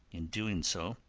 in doing so,